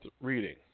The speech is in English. reading